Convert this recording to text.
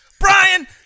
Brian